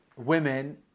women